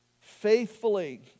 faithfully